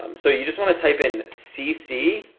um so you just want to type in c c